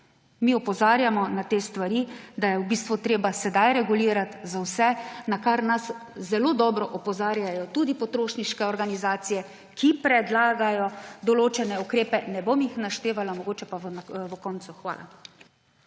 Mi opozarjamo na te stvari, da je v bistvu treba sedaj regulirati za vse, na kar nas zelo dobro opozarjajo tudi potrošniške organizacije, ki predlagajo določene ukrepe. Ne bom vam jih naštevala, mogoče pa ob koncu. Hvala.